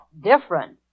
different